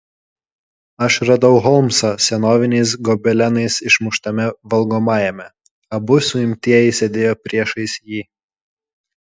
aš radau holmsą senoviniais gobelenais išmuštame valgomajame abu suimtieji sėdėjo priešais jį